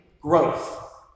growth